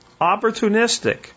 opportunistic